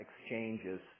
exchanges